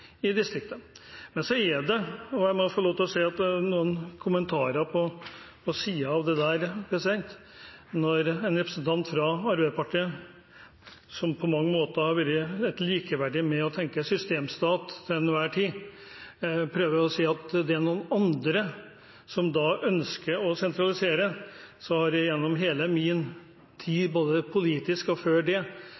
i distriktene. Jeg må få lov til å komme med noen kommentarer på siden av det, når en representant fra Arbeiderpartiet, som på mange måter har tenkt systemstat til enhver tid, prøver å si at det er noen andre som ønsker å sentralisere. Jeg har gjennom hele min tid,